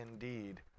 indeed